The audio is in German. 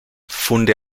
funde